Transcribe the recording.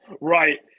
Right